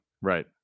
right